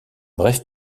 brève